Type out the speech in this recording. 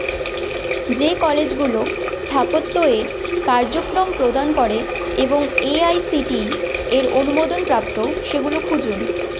যে কলেজগুলো স্থাপত্যয় কার্যক্রম প্রদান করে এবং A I C T E এর অনুমোদনপ্রাপ্ত সেগুলো খুঁজুন